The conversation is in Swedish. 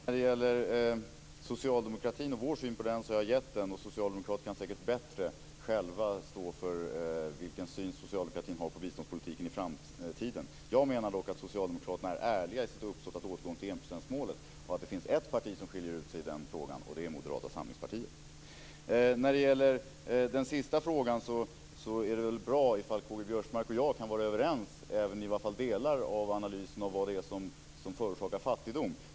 Fru talman! Jag har gett vår syn på socialdemokratin. Socialdemokraterna kan säkert bättre själva svara för vilken syn socialdemokraterna har på biståndspolitiken i framtiden. Jag menar dock att Socialdemokraterna är ärliga i sitt uppsåt om en återgång till enprocentsmålet. Det finns ett parti som skiljer ut sig i den frågan - och det är Moderata samlingspartiet. När det gäller den sista frågan så är det väl bra om K-G Biörsmark och jag kan vara överens åtminstone om delar av analysen av vad det är som förorsakar fattigdom.